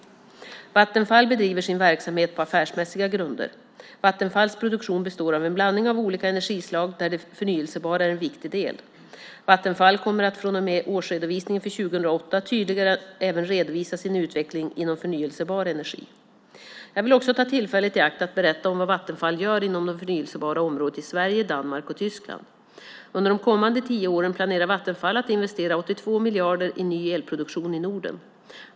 Vattenfall bedriver sin verksamhet på affärsmässiga grunder. Vattenfalls produktion består av en blandning av olika energislag där det förnybara är en viktig del. Vattenfall kommer att från och med årsredovisningen för 2008 tydligare även redovisa sin utveckling inom förnybar energi. Jag vill också ta tillfället i akt att berätta vad Vattenfall gör inom det förnybara området i Sverige, Danmark och Tyskland. Under de kommande tio åren planerar Vattenfall att investera 82 miljarder i ny elproduktion i Norden.